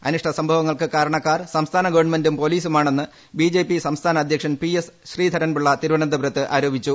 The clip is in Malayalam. അനിഷ്ട സംഭവങ്ങൾക്ക് കാരണക്കാർ സംസ്ഥാന ഗവൺമെന്റും പോലീസുമാണെന്ന് ബി ജെ പി സംസ്ഥാന അധ്യക്ഷൻ പി എസ് ശ്രീധരൻപിള്ള തിരുവനന്തപുരത്ത് ആരോപിച്ചു